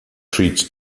treats